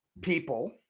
people